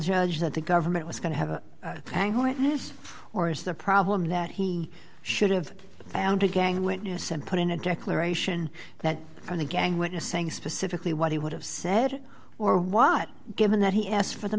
judge that the government was going to have a bank with this or is the problem that he should have found a gang witness and put in a declaration that from the gang witness saying specifically what he would have said or was given that he asked for the